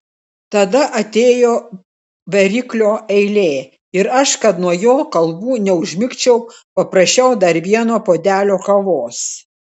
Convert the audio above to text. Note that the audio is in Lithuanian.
tada atėjo variklio eilė ir aš kad nuo jo kalbų neužmigčiau paprašiau dar vieno puodelio kavos